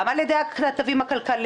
גם על ידי הכתבים הכלכליים,